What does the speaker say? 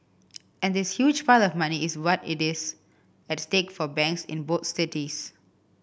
and this huge pile of money is what is at stake for banks in both cities